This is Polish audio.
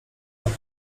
radę